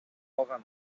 алган